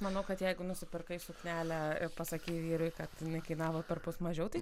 manau kad jeigu nusipirkai suknelę ir pasakei vyrui kad jinai kainavo perpus mažiau tai